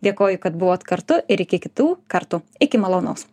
dėkoju kad buvot kartu ir iki kitų kartų iki malonaus